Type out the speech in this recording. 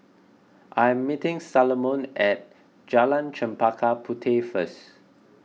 I am meeting Salomon at Jalan Chempaka Puteh first